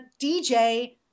DJ